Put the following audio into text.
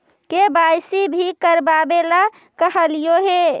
KYC भी करवावेला कहलिये हे?